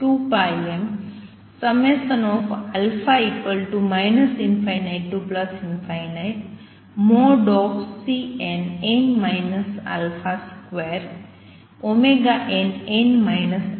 |2nn αh